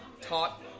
taught